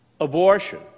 abortion